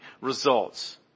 results